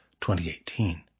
2018